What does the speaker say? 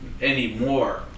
Anymore